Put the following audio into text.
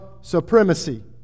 supremacy